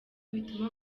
bituma